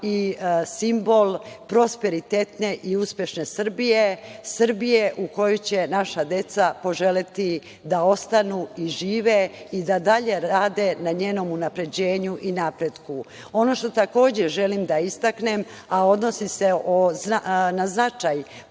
i simbol prosperitetne i uspešne Srbije, Srbije u koju će naša deca poželeti da ostanu i žive i da dalje rade na njenom unapređenju i napretku. Ono što takođe želim da istaknem, a odnosi se na značaj putne